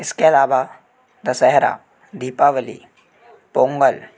इसके अलावा दशहरा दीपावली पोंगल